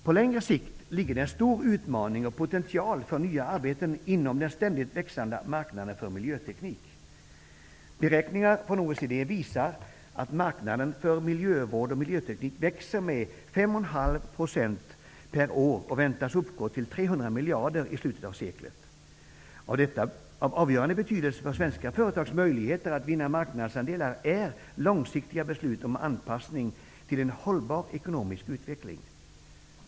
På längre sikt ligger det en stor utmaning och potential för nya arbeten inom den ständigt växande marknaden för miljöteknik. Beräkningar från OECD visar att marknaden för miljövård och miljöteknik växer med 5,5 % per år och väntas uppgå till 300 miljarder i slutet av seklet. Av avgörande betydelse för svenska företags möjligheter att vinna marknadsandelar är långsiktiga beslut om en anpassning till en hållbar ekonomisk utveckling.